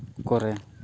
ᱠᱚᱨᱮ